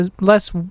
less